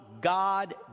God